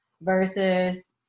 versus